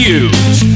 use